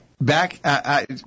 back